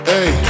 Hey